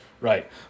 right